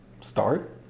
Start